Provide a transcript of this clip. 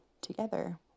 together